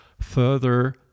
further